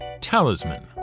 talisman